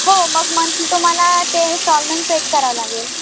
हो मग मंथली तुम्हाला ते इंस्टॉलमेन्ट पेड करावं लागेल